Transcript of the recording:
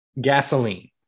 Gasoline